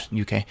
UK